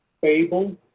Fable